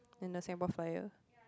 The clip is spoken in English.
and the Singapore-Flyer